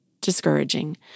discouraging